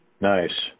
Nice